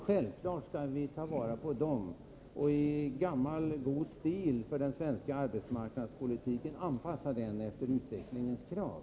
Självfallet skall vi ta vara på dem och enligt gammal god stil för den svenska arbetsmarknadspolitiken anpassa denna efter utvecklingens krav.